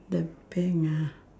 the bank ah